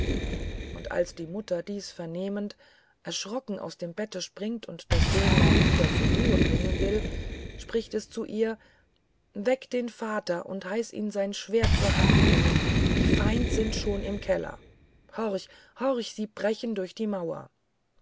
und als die mutter dies vernehmend erschrocken aus dem bette springt und das söhnlein wider zu ruh bringen will spricht es zu jr weck den vater und heiß ihn sein schwert zu hand nehmen die feind sind schon am keller horch horch sie brechen durch die maur